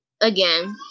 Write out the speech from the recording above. again